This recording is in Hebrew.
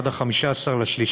עד 15 במרס,